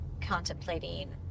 contemplating